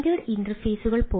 standard ഇന്റർഫേസുകൾ